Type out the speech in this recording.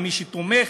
מי שתומך,